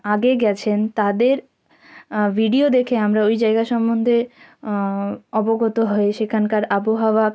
আগে গিয়েছেন তাদের ভিডিও দেখে আমরা ওই জায়গা সম্বন্ধে অবগত হই সেখানকার আবহাওয়া